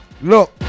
Look